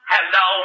Hello